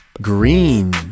Green